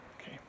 Okay